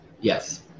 Yes